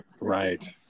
right